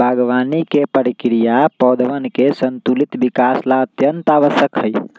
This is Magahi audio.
बागवानी के प्रक्रिया पौधवन के संतुलित विकास ला अत्यंत आवश्यक हई